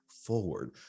forward